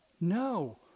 No